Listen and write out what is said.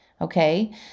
Okay